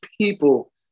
people